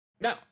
no